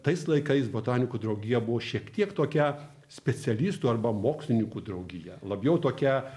tais laikais botanikų draugija buvo šiek tiek tokia specialistų arba mokslininkų draugija labiau tokia